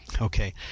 Okay